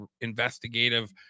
investigative